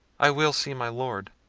i will see my lord.